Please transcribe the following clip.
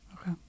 Okay